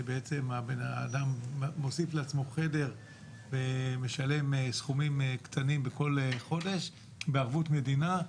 שבעצם האדם מוסיף לעצמו חדר ומשלם סכומים קטנים בכל חודש בערבות מדינה.